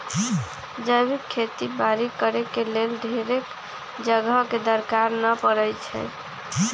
जैविक खेती बाड़ी करेके लेल ढेरेक जगह के दरकार न पड़इ छइ